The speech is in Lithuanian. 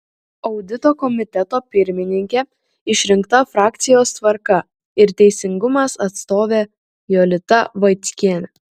audito komiteto pirmininke išrinkta frakcijos tvarka ir teisingumas atstovė jolita vaickienė